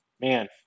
man